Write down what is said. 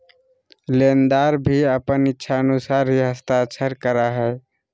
लेनदार भी अपन इच्छानुसार ही हस्ताक्षर करा हइ